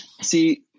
See